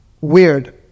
weird